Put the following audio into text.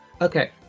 Okay